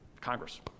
Congress